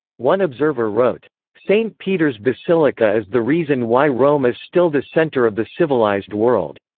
one observer wrote st peter's basilica is the reason why rome is still the center of the civilized world.